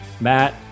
Matt